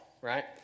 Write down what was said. right